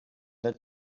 that